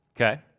Okay